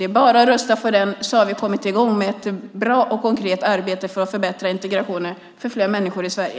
Det är bara att rösta för den så har vi kommit i gång med ett bra och konkret arbete för att förbättra integrationen för fler människor i Sverige.